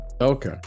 Okay